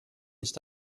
ist